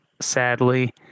sadly